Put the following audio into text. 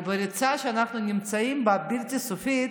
כי בריצה שאנחנו נמצאים בה, האין-סופית,